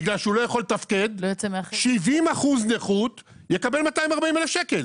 בגלל שהוא לא יכול לתפקד ו-70% נכות יקבל 240,000 ₪.